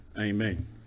Amen